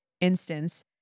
instance